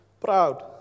proud